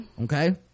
okay